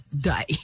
die